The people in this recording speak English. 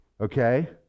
Okay